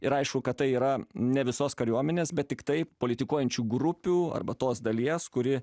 ir aišku kad tai yra ne visos kariuomenės bet tiktai politikuojančių grupių arba tos dalies kuri